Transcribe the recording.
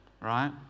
right